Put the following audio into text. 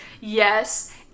Yes